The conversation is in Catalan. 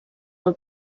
del